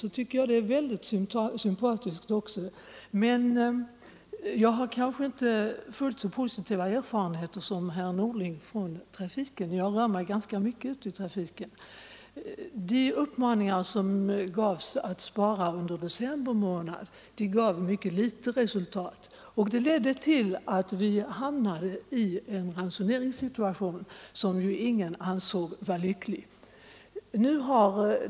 Den tycker också jag är mycket sympatisk, men jag har kanske inte lika positiva erfarenheter från trafiken som herr Norling har — och jag rör mig ändå ganska mycket ute i trafiken. Uppmaningarna under december månad att spara bensin gav bara ringa resultat, vilket ledde till att vi hamnade i en ransoneringssituation som ingen ansåg lycklig.